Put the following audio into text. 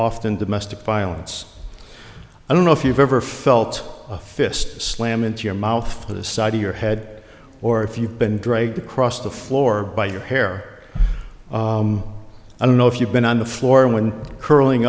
often domestic violence i don't know if you've ever felt a fist slam into your mouth or the side of your head or if you've been dragged across the floor by your hair i don't know if you've been on the floor when curling